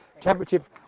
championship